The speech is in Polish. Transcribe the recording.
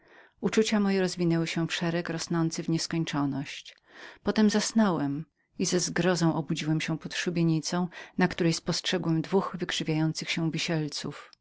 uczucia moje rozwinęły się w pasmo geometrycznym postępem biegące w nieskończoność zasnąłem i ze zgrozą obudziłem się pod szubienicą na której spostrzegłem dwóch wykrzywiających się wisielców